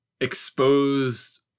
exposed